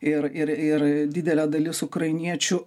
ir ir ir didelė dalis ukrainiečių